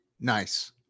Nice